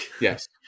yes